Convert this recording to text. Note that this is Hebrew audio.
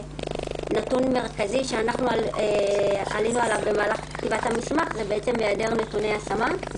נתון מרכזי שעלינו עליו במהלך כתיבת המסמך הוא היעדר נתוני השמה.